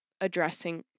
addressing